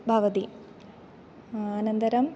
भवति अनन्तरम्